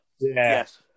Yes